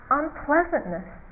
unpleasantness